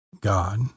God